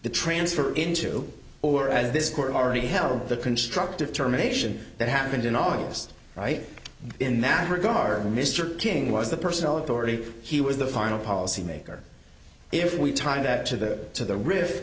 the transfer into or out of this court already held the constructive terminations that happened in august right in that regard mr king was the personal authority he was the final policy maker if we tie that to the to the ri